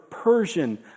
Persian